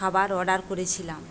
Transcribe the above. খাবার অর্ডার করেছিলাম